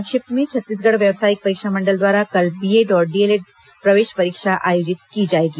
संक्षिप्त समाचार छत्तीसगढ़ व्यावसायिक परीक्षा मंडल द्वारा कल बीएड और डीएलएड प्रवेश परीक्षा आयोजित की जाएगी